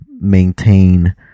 maintain